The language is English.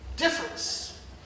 Difference